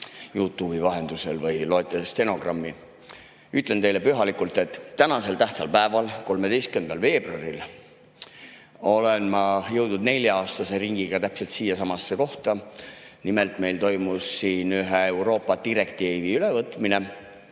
YouTube'i vahendusel või loete stenogrammi! Ütlen teile pühalikult, et tänasel tähtsal päeval, 13. veebruaril olen ma jõudnud nelja-aastase ringiga täpselt siiasamasse kohta. Nimelt, meil toimus siin ühe Euroopa direktiivi ülevõtmine,